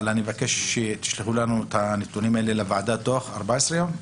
אני מבקש שתשלחו לנו את הנתונים האלה לוועדה בתוך 14 יום.